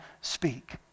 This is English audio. speak